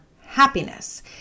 happiness